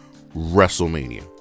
WrestleMania